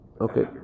Okay